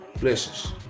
Blessings